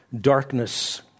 darkness